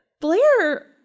Blair